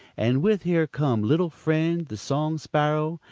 and with her come little friend the song sparrow,